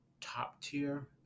top-tier